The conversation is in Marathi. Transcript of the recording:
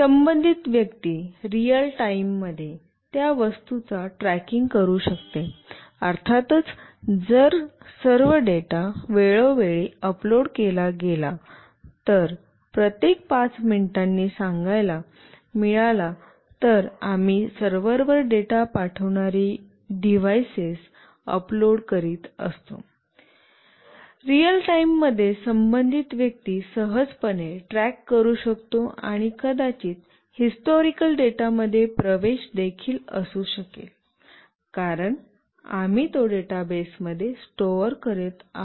संबंधित व्यक्ती रिअल टाइममध्ये त्या वस्तूचा ट्रॅकिंग करू शकते अर्थातच जर सर्व डेटा वेळोवेळी अपलोड केला गेला तर प्रत्येक 5 मिनिटांनी सांगायला मिळाला तर आम्ही सर्व्हरवर डेटा पाठविणारी डिव्हाइसेस अपलोड करीत असतो तर रिअल टाइममध्ये संबंधित व्यक्ती सहजपणे ट्रॅक करू शकतो आणि कदाचित हिस्टोरीरिकल डेटामध्ये प्रवेश देखील असू शकेल कारण आम्ही तो डेटाबेसमध्ये स्टोर करत आहोत